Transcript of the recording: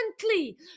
constantly